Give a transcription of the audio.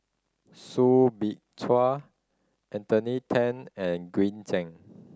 Soo Bin Chua Anthony Then and Green Zeng